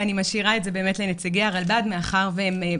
ואני משאירה את זה באמת לנציגי הרלב"ד מאחר והם